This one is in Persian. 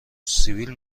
سیبیل